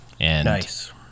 Nice